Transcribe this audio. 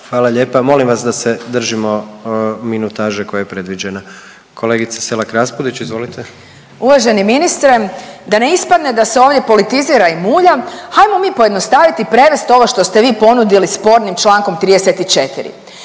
Hvala lijepa. Molim vas da se držimo minutaže koja je predviđena. Kolegice Selak Raspudić, izvolite. **Selak Raspudić, Marija (Nezavisni)** Uvaženi ministre, da ne ispadne da se ovdje politizira i mulja hajmo mi pojednostaviti i prevesti ovo što ste vi ponudili spornim člankom 34.